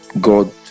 God